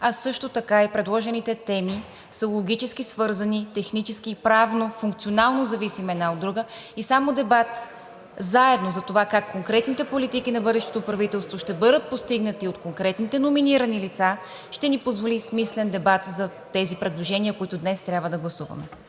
а също така и предложените теми са логически свързани – технически и правно функционално зависими една от друга, и само дебат заедно за това как конкретните политики на бъдещото правителство ще бъдат постигнати от конкретните номинирани лица ще ни позволи смислен дебат за тези предложения, които днес трябва да гласуваме.